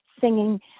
singing